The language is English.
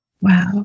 Wow